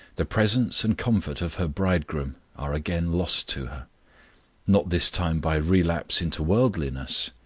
the presence and comfort of her bridegroom are again lost to her not this time by relapse into worldliness,